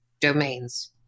domains